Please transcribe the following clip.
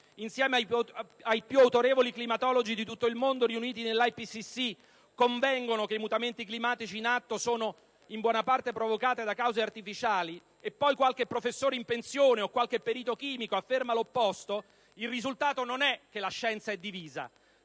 insieme ai più autorevoli climatologi di tutto il mondo riuniti nell'IPCC, convengono che i mutamenti climatici in atto sono in buona parte provocati da cause artificiali, e poi qualche professore in pensione o qualche perito chimico afferma l'opposto, il risultato non è che la scienza è divisa.